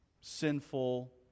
sinful